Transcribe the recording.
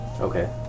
Okay